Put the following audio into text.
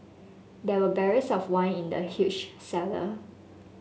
there were barrels of wine in the huge cellar